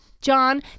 John